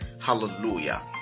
Hallelujah